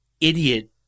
idiot